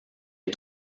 est